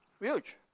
huge